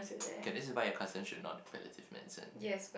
okay this is why your cousin should not do palliative medicine